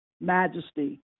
majesty